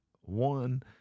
one